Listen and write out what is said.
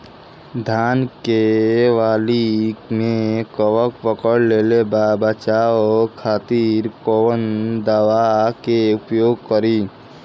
धान के वाली में कवक पकड़ लेले बा बचाव खातिर कोवन दावा के प्रयोग करी?